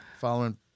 Following